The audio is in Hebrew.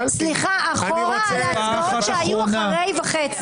סליחה, אחורה להצבעות שהיו אחרי וחצי.